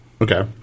Okay